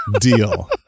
deal